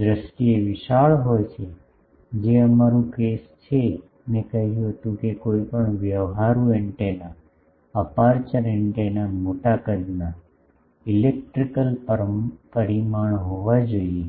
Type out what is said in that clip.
દ્રષ્ટિએ વિશાળ હોય છે જે અમારું કેસ છે મેં કહ્યું હતું કે કોઈપણ વ્યવહારુ એન્ટેના અપેરચ્યોર એન્ટેના મોટા કદના ઇલેક્ટ્રિકલ પરિમાણ હોવા જોઈએ